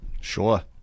Sure